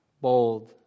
bold